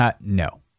no